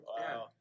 wow